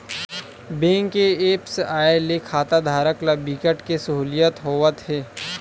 bank के apps आए ले खाताधारक ल बिकट के सहूलियत होवत हे